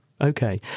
Okay